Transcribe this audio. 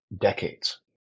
decades